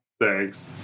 Thanks